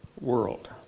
world